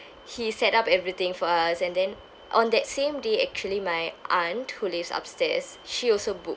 he set up everything for us and then on that same day actually my aunt who lives upstairs she also booked